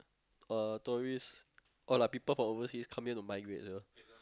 uh tourist got lah people from overseas come here to migrate here